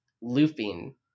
looping